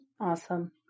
Awesome